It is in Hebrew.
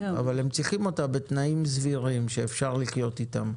אבל הם צריכים אותה בתנאים סבירים שאפשר לחיות איתם.